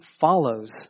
follows